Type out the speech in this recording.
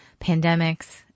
pandemics